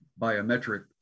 biometric